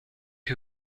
who